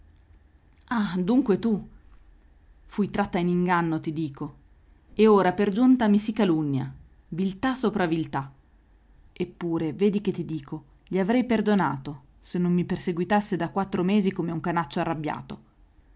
ah dunque tu fui tratta in inganno ti dico e ora per giunta mi si calunnia viltà sopra viltà eppure vedi che ti dico gli avrei perdonato se non mi perseguitasse da quattro mesi come un canaccio arrabbiato